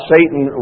Satan